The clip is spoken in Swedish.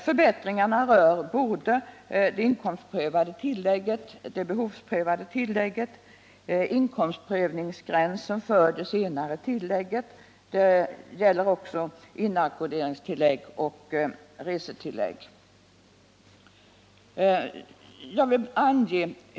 Förbättringarna rör både det inkomstprövade tillägget, det behovsprövade tillägget, inkomstprövningsgränsen för det senare tillägget, inackorderingstillägg och resetillägg.